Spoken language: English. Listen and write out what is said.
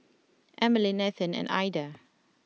Emmaline Ethan and Aida